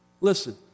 Listen